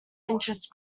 interest